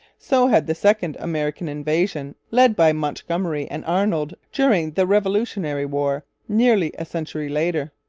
so had the second american invasion, led by montgomery and arnold during the revolutionary war, nearly a century later.